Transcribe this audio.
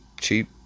Cheap